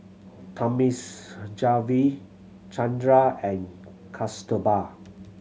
Thamizhavel Chandra and Kasturba